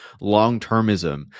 long-termism